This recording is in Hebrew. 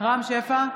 רם שפע,